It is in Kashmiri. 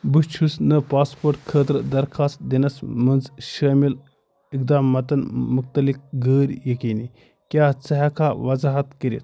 بہٕ چھُس نہٕ پاسپورٹ خٲطرٕ درخوٛاست دِنس منٛز شٲمِل اِقداماتن متعلق غٔیر یقینی کیٛاہ ژٕ ہیٚکہٕ کھا وضاحت کٔرِتھ